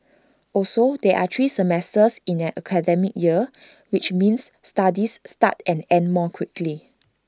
also there are three semesters in an academic year which means studies start and end more quickly